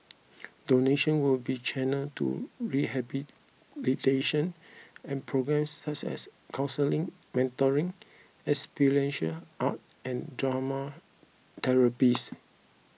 donation will be channelled to rehabilitation programmes such as counselling mentoring experiential art and drama therapies